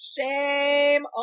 Shame